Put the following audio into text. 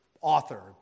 author